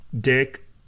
dick